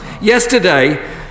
Yesterday